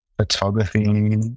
photography